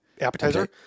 appetizer